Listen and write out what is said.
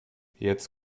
jetzt